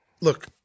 look